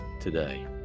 today